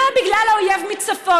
ולא בגלל האויב מצפון,